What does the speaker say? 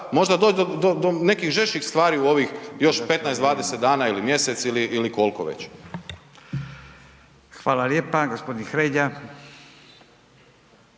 možda doć do nekih žešćih stvari u ovih još 15, 20 dana ili mjesec ili kolko već. **Radin, Furio